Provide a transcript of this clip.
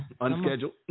unscheduled